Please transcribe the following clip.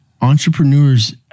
Entrepreneurs